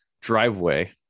driveway